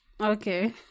Okay